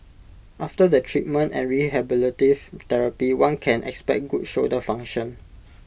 after the treatment and rehabilitative therapy one can expect good shoulder function